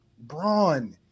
Braun